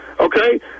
Okay